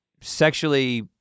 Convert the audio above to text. sexually